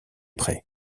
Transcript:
prêt